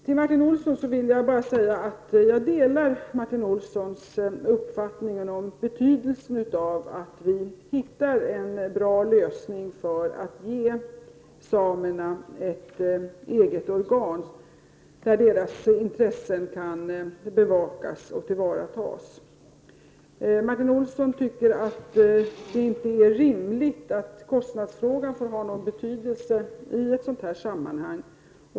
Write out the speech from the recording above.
Till Martin Olsson vill jag bara säga att jag delar hans uppfattning om be tydelsen av att vi finner en bra lösning för att ge samerna ett eget organ, där deras intressen kan bevakas och tillvaratas. Martin Olsson tycker att det inte är rimligt att kostnadsfrågan får ha någon betydelse i ett sådant sammanhang.